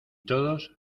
todos